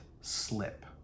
slip